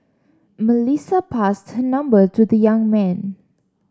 Melissa passed her number to the young man